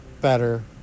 better